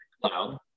cloud